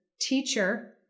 teacher